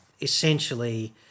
essentially